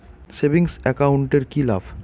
Savings account এর কি লাভ?